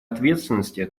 ответственности